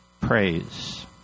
praise